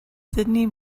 sydney